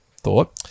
thought